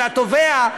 לתובע,